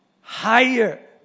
higher